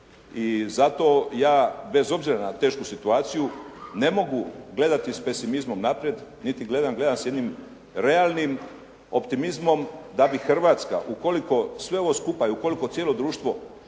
I zato ja bez obzira na tešku situaciju ne mogu gledati s pesimizmom naprijed niti gledam, gledam s jednim realni optimizmom da bi Hrvatska ukoliko sve ovo skupa i ukoliko cijelo društvo